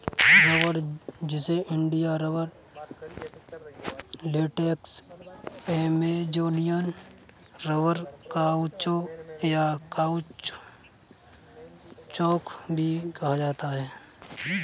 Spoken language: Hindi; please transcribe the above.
रबड़, जिसे India rubber, latex, Amazonian rubber, caucho, या काउचौक भी कहा जाता है